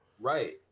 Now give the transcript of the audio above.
Right